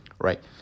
right